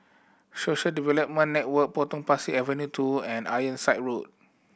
Social Development Network Potong Pasir Avenue Two and Ironside Road